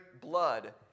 blood